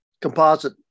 composite